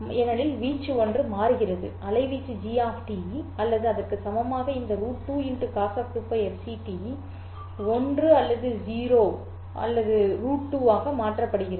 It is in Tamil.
ஏனெனில் வீச்சு ஒன்று மாறுகிறது அலைவீச்சு g அல்லது அதற்கு சமமாக இந்த √2 cos 2πft 1 அல்லது 0 அல்லது √2 ஆக மாற்றப்படுகிறது